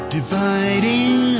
Dividing